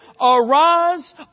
Arise